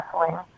wrestling